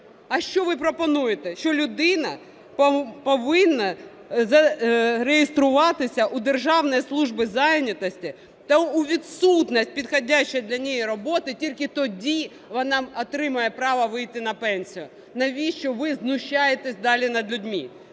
А що ви пропонуєте? Що людина повинна зареєструватися у Державній службі зайнятості та у відсутності підходящої для неї роботи тільки тоді вона отримає право вийти на пенсію. Навіщо ви знущаєтесь далі над людьми?